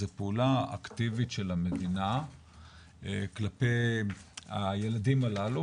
זו פעולה אקטיבית של המדינה כלפי הילדים הללו.